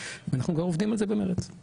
ואנחנו כבר עובדים על זה במרץ.